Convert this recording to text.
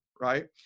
right